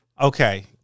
okay